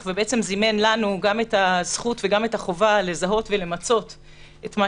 וזימן לנו את הזכות וגם את החובה לזהות ולמצות את מה